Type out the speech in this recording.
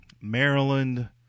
Maryland